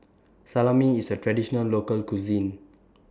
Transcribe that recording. Salami IS A Traditional Local Cuisine